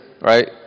right